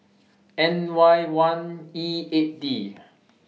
N Y one E eight D